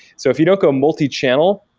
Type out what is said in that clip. so if you don't go multichannel,